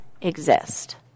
exist